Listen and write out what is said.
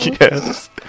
Yes